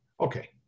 Okay